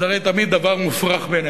זה הרי תמיד דבר מופרך בעיני.